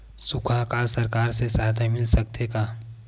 सुखा अकाल सरकार से सहायता मिल सकथे का?